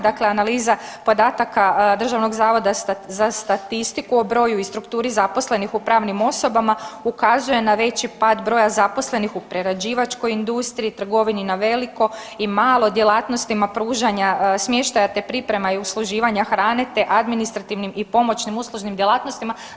Dakle, analiza podataka Državnog zavoda za statistiku o broju i strukturi zaposlenih u pravnim osobama ukazuje na veći pad broja zaposlenih u prerađivačkoj industriji, trgovini na veliko i malo, djelatnostima pružanja smještaja te priprema i usluživanja hrane te administrativnim i pomoćnim uslužnim djelatnostima.